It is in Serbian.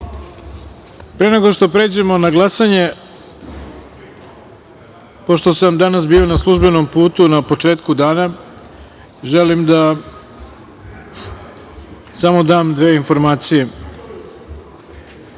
nego što pređemo na glasanje, pošto sam danas bio na službenom putu na početku dana, želim da samo dam dve informacije.